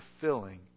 fulfilling